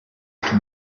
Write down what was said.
two